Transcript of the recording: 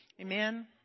Amen